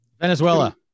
Venezuela